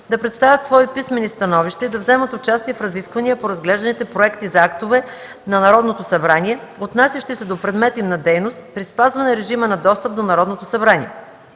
да представят свои писмени становища и да вземат участие в разисквания по разглежданите проекти за актове на Народното събрание, отнасящи се до предмета им на дейност, при спазване режима на достъп до Народното събрание.